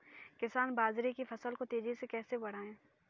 किसान बाजरे की फसल को तेजी से कैसे बढ़ाएँ?